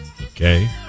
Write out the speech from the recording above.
Okay